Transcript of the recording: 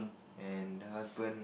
and husband